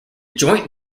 joint